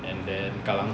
and then kallang